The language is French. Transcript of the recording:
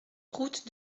route